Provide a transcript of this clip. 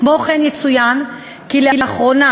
כמו כן יצוין כי לאחרונה,